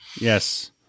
yes